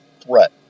threat